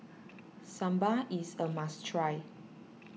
Sambal is a must try